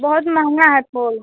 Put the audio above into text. बहुत महंगा है फूल